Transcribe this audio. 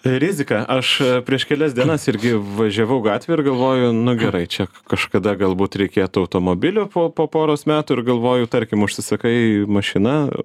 rizika aš prieš kelias dienas irgi važiavau gatve ir galvoju nu gerai čia kažkada galbūt reikėtų automobilio po po poros metų ir galvoju tarkim užsisakai mašiną